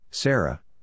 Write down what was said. Sarah